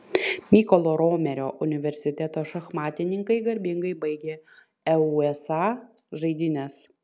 mykolo romerio universiteto šachmatininkai garbingai baigė eusa žaidynes